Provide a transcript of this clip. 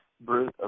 Bruce